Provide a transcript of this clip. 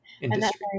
industry